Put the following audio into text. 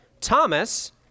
Thomas